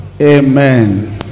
Amen